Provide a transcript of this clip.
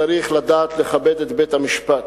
צריך לדעת לכבד את בית-המשפט,